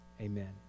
Amen